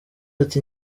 ati